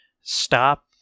stop